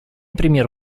пример